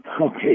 Okay